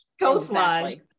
coastline